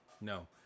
no